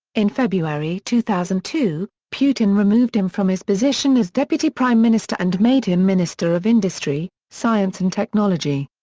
in february two thousand and two, putin removed him from his position as deputy prime minister and made him minister of industry, science and technology.